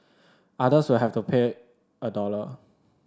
others will have to pay a dollar